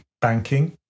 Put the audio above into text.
banking